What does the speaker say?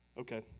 Okay